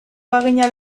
bagina